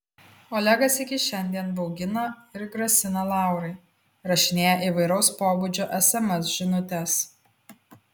olegas iki šiandien baugina ir grasina laurai rašinėja įvairaus pobūdžio sms žinutes